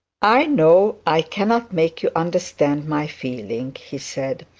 i know i cannot make you understand my feeling he said,